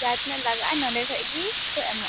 ᱡᱟᱦᱟᱸᱛᱤᱱᱟᱹᱜ ᱞᱟᱜᱟᱜᱼᱟ ᱱᱚᱸᱰᱮ ᱠᱷᱚᱱ ᱜᱮᱠᱚ ᱮᱢᱚᱜᱼᱟ